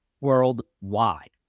worldwide